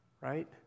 right